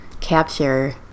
capture